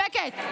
שקט,